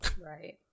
right